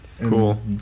Cool